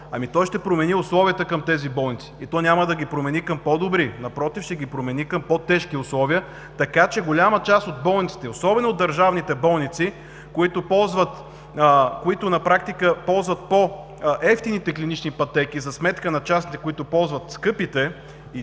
Ами той ще промени условията към тези болници, и няма да ги промени към по-добри, напротив, ще ги промени към по-тежки условия, така че голяма част от болниците, особено от държавните болници, които ползват по евтините клинични пътеки за сметка на частните, които ползват скъпите и